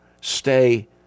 stay